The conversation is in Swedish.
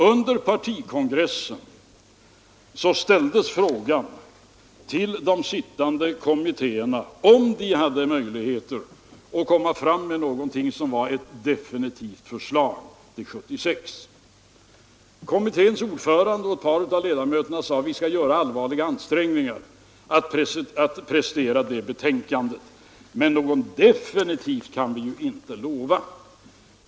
Under partikongressen ställdes till de sittande kommittéerna frågan om de hade möjligheter att komma fram med ett definitivt förslag till 1976. Skatteutredningens ordförande och ett par av ledamöterna sade: Vi skall göra allvarliga ansträngningar att prestera ett sådant betänkande, men något definitivt kan vi ju inte lova.